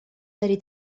داری